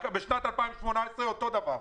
בשנת 2018 אותו דבר.